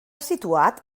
situat